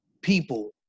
people